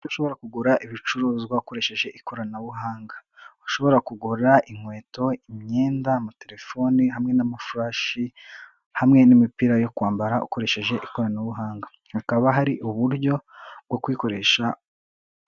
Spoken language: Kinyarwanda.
Ushobora kugura ibicuruzwa ukoresheje ikoranabuhanga. Ushobora kugura inkweto, imyenda, amaterefone hamwe n'amafurashi hamwe n'imipira yo kwambara ukoresheje ikoranabuhanga. Hakaba hari uburyo bwo kuyikoresha...